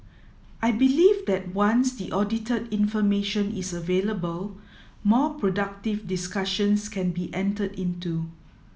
I believe that once the audited information is available more productive discussions can be entered into